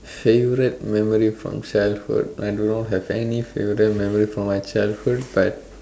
favourite memory from childhood I do not have any favourite memory from my childhood but